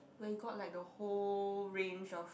where got like the whole range of